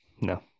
No